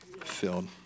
filled